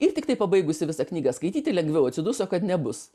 ir tiktai pabaigusi visą knygą skaityti lengviau atsiduso kad nebus